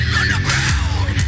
underground